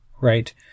right